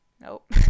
nope